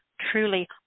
truly